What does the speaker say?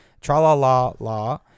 Tra-la-la-la